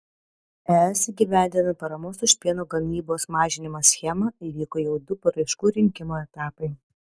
es įgyvendinant paramos už pieno gamybos mažinimą schemą įvyko jau du paraiškų rinkimo etapai